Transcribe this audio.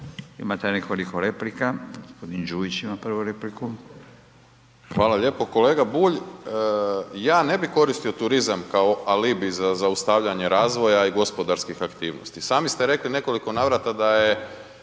Imate nekoliko replika. Đujić ima prvu repliku. **Đujić, Saša (SDP)** Hvala lijepo. Kolega Bulj, ja ne bih koristio turizam kao alibi za zaustavljanje razvoja i gospodarskih aktivnosti. Sami ste rekli u nekoliko navrata da je